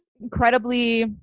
incredibly